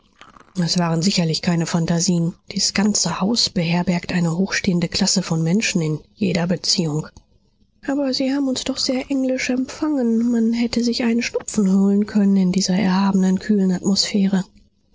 es waren sicherlich keine phantasien dies ganze haus beherbergt eine hochstehende klasse von menschen in jeder beziehung aber sie haben uns doch sehr englisch empfangen man hätte sich einen schnupfen holen können in dieser erhabenen kühlen atmosphäre